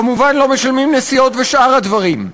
כמובן, לא משלמים נסיעות ושאר הדברים.